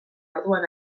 orduan